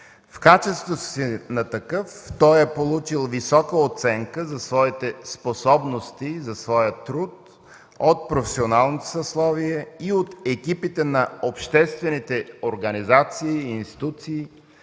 В качеството си на такъв той е получил висока оценка за своите способности и за своя труд от професионалното съсловие и от екипите на обществените организации и институции,